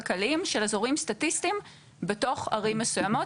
כלכליים של אזורים סטטיסטיים בתוך ערים מסוימות.